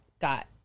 got